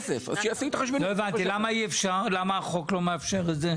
שיעשו את ההתחשבנות --- למה החוק לא מאפשר את זה?